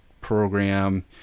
program